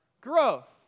growth